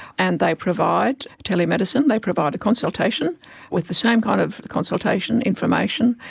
and they provide tele-medicine, they provide a consultation with the same kind of consultation information,